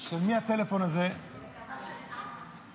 חברת הכנסת ביטון,